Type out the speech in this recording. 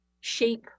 shape